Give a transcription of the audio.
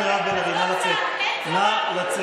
חברת הכנסת מירב בן ארי, נא לצאת.